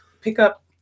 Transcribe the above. pickup